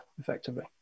effectively